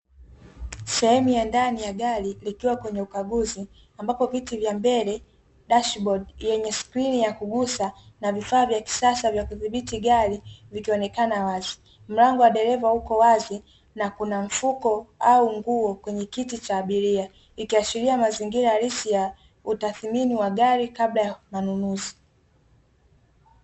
Sehemu ya ndani ya gari likiwa kwenye ukaguzi ambapo viti vya mbele dashi bodi yenye skrini ya kugusa na vifaa vya kisasa vya kuthibiti gari vikionekana wazi mlango wa dereva upo wazi na kuna mfuko au nguo kwenye kiti cha abiria ikiashiria mazingira halisi ya utadhimini wa gari kabla ya manunuzi.